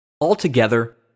Altogether